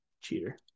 Cheater